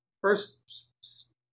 first